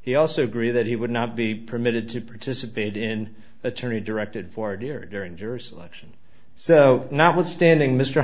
he also agree that he would not be permitted to participate in attorney directed for deer during jury selection so notwithstanding mr